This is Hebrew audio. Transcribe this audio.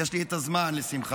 יש לי את הזמן, לשמחתי.